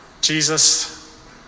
Jesus